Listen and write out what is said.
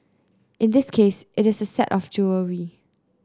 in this case it is a set of jewellery